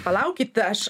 palaukit aš